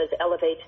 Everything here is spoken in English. elevate